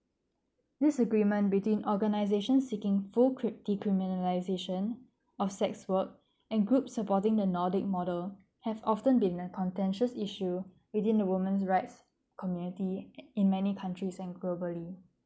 this agreement between organisations seeking full cri~ decriminalisation of sex work and groups supporting the nordic model have often been a contentious issue within the women's rights community in many countries and globally